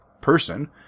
person